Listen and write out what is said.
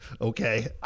okay